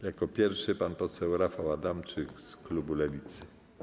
Jako pierwszy pan poseł Rafał Adamczyk z klubu Lewicy.